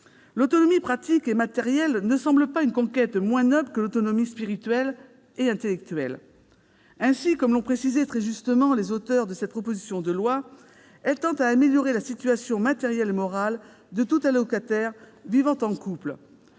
L'autonomie pratique et matérielle ne semble pas une conquête moins noble que l'autonomie spirituelle et intellectuelle. » Ainsi, comme l'ont précisé très justement ses auteurs, cette proposition de loi tend à améliorer la situation matérielle et morale de tout allocataire vivant en couple.